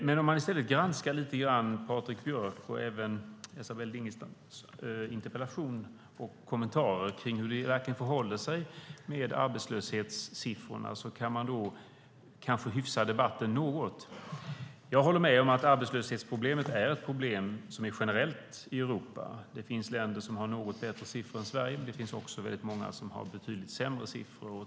Man kan i stället lite grann granska Patrik Björcks och även Esabelle Dingizians interpellationer och kommentarer kring hur det verkligen förhåller sig med arbetslöshetssiffrorna. Då kan man kanske hyfsa debatten något. Jag håller med om att arbetslöshetsproblemet är ett generellt problem i Europa. Det finns länder som har något bättre siffror än Sverige. Det finns också många som har betydligt sämre siffror.